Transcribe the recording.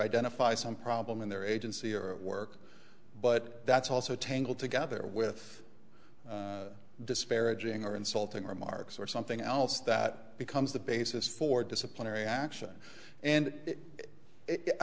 identify some problem in their agency or work but that's also tangled together with disparaging or insulting remarks or something else that becomes the basis for disciplinary action and i